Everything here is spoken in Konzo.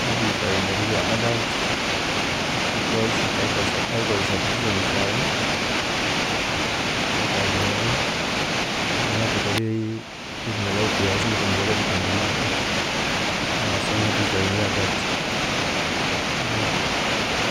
Nga preferinga eribya adult because ngayikolesya ngayikolesya decision syayi. Ekyakabiri kale ngathoka eriyi takinga a life yayi isingwithe omundu ya nga dependinga ku yeah so nga preferinga that habwekyu